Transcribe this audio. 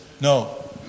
No